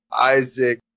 Isaac